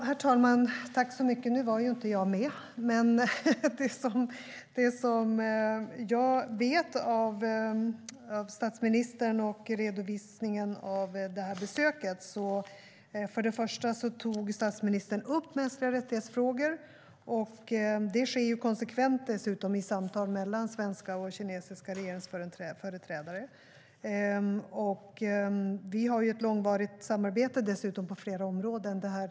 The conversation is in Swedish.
Herr talman! Nu var jag inte med, men det som jag fått veta av statsministern och redovisningen av besöket är att statsministern först och främst tog upp frågor om mänskliga rättigheter. Det sker konsekvent, dessutom, i samtal mellan svenska och kinesiska regeringsföreträdare. Vi har ett långvarigt samarbete på flera områden.